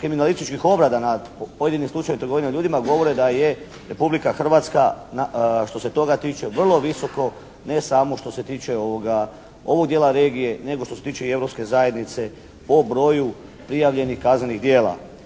kriminalističkih obrada nad pojedinim slučajevima trgovina ljudima govori da je Republika Hrvatska što se toga tiče vrlo visoko ne samo što se tiče ovog dijela regije nego što se tiče i Europske zajednice po broju prijavljenih kaznenih djela.